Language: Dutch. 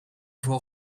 vooral